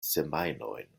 semajnojn